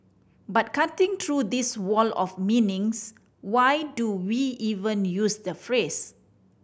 but cutting through this wall of meanings why do we even use the phrase